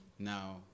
Now